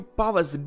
powers